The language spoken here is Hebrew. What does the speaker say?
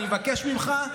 אם אתם זוכרים,